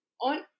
on